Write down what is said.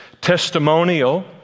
testimonial